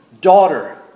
Daughter